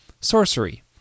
Sorcery